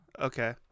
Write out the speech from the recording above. Okay